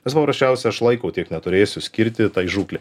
nes paprasčiausiai aš laiko tiek neturėsiu skirti tai žūklei